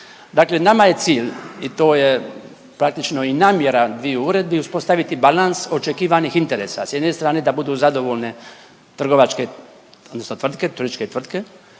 Dakle, nama je cilj i to je praktično i namjera dviju uredbi uspostaviti balans očekivanih interesa s jedne strane da budu zadovoljne trgovačke odnosno tvrtke, turističke tvrtke